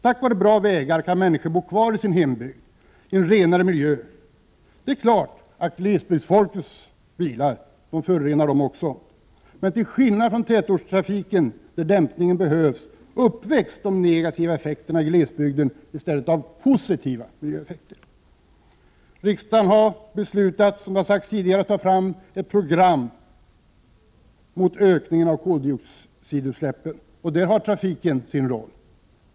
Tack vare bra vägar kan människor bo kvar i sin hembygd i renare miljö. Det är klart att också glesbygdsfolkets bilar förorenar, men till skillnad från tätsortstrafiken, där dämpningen behövs, uppvägs de negativa effekterna i glesbygden i stället av positiva miljöeffekter. Riksdagen har, som sagts tidigare, beslutat att ett program mot ökning av koldioxidutsläppen skall tas fram. Där har trafiken sin roll.